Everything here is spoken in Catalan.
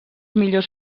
millors